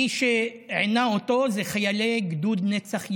מי שעינו אותו הם חיילי גדוד נצח יהודה.